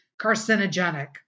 carcinogenic